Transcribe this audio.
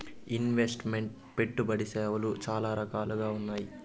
invest meant పెట్టుబడి సేవలు చాలా రకాలుగా ఉన్నాయి